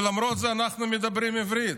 ולמרות זה אנחנו מדברים עברית.